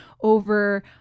over